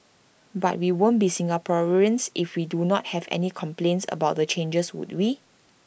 but we won't be Singaporeans if we don't have anyone complaining about the changes would we